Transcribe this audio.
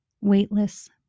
Weightless